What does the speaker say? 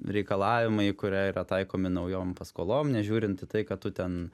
reikalavimai kurie yra taikomi naujom paskolom nežiūrint į tai ką tu ten